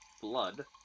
blood